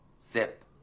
Zip